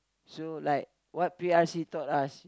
so like what P_R_C taught us